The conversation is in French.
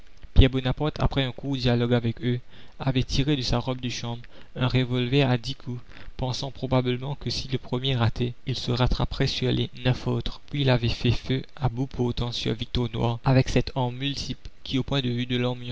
après un court dialogue avec eux avait tiré de sa robe de chambre un revolver à dix coups pensant probablement que si le premier ratait il se rattraperait sur les neuf autres puis il avait fait feu à bout portant sur victor noir avec cette arme multiple qui au point de vue